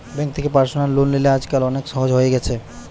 bank থেকে personal loan লিলে আজকাল অনেক সহজ হয়ে গেছে